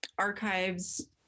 Archives